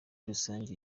rusange